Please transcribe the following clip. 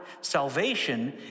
Salvation